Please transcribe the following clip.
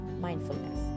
Mindfulness